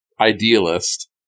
idealist